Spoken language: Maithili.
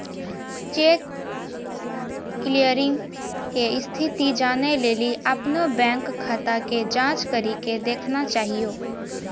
चेक क्लियरिंग के स्थिति जानै लेली अपनो बैंक खाता के जांच करि के देखना चाहियो